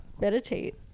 Meditate